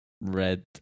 Red